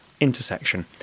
intersection